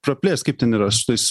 praplėst kaip ten yra su tais